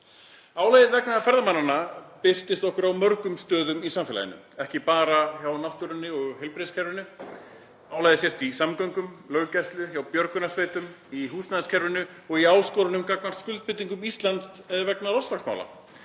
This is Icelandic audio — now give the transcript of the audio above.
Álagið vegna ferðamanna birtist okkur á mörgum stöðum í samfélaginu, ekki bara náttúrunni og heilbrigðiskerfinu. Álagið sést í samgöngum, löggæslu, hjá björgunarsveitum, í húsnæðiskerfinu og í áskorunum gagnvart skuldbindingum Íslands vegna loftslagsmála.